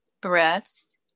breaths